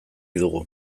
dugu